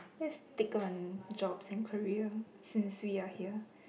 that's stick on job and career since we are here